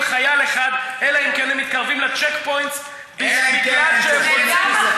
חייל אחד אלא אם הם מתקרבים ל-check points מפני שהם רוצים,